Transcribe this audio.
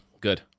Good